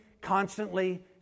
constantly